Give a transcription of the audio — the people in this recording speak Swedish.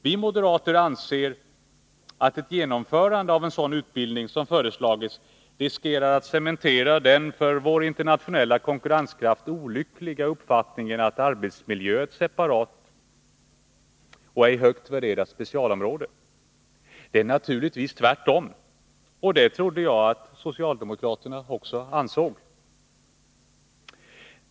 Vi moderater anser att ett genomförande av en sådan utbildning som föreslagits riskerar att cementera den för vår internationella konkurrenskraft olyckliga uppfattningen att arbetsmiljö är ett separat och ej högt värderat specialområde. Det är naturligtvis tvärtom, och det trodde jag att socialdemokraterna också ansåg.